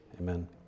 Amen